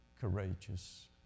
courageous